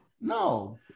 No